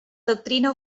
doctrina